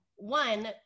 One